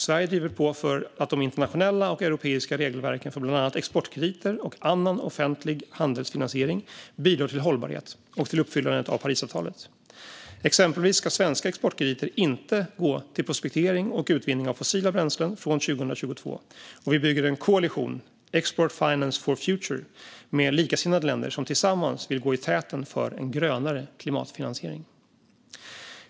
Sverige driver på för att de internationella och europeiska regelverken för bland annat exportkrediter och annan offentlig handelsfinansiering ska bidra till hållbarhet och uppfyllandet av Parisavtalet. Exempelvis ska svenska exportkrediter inte gå till prospektering och utvinning av fossila bränslen från 2022. Vi bygger också en koalition, Export Finance for Future, med likasinnade länder som tillsammans vill gå i täten för en grönare klimatfinansiering.